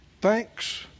thanks